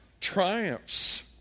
triumphs